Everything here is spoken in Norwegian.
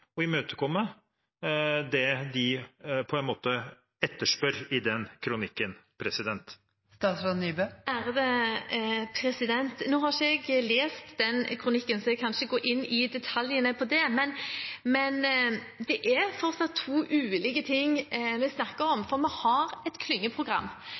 imøtekomme det de etterspør i den kronikken? Nå har ikke jeg lest den kronikken, så jeg kan ikke gå inn i detaljene på det. Det er fortsatt to ulike ting vi snakker om, for vi har et klyngeprogram,